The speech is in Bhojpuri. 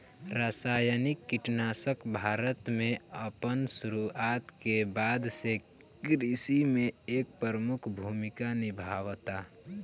रासायनिक कीटनाशक भारत में अपन शुरुआत के बाद से कृषि में एक प्रमुख भूमिका निभावता